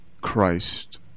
Christ